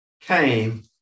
came